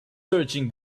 searching